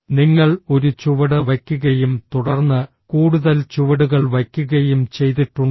നിങ്ങൾ ഒരു ചുവട് വയ്ക്കുകയും തുടർന്ന് കൂടുതൽ ചുവടുകൾ വയ്ക്കുകയും ചെയ്തിട്ടുണ്ടോ